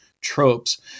tropes